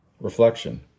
Reflection